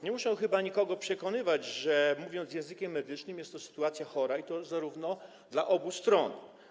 Nie muszę chyba nikogo przekonywać, że - mówiąc językiem medycznym - jest to sytuacja chora, i to dla obu stron.